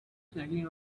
snacking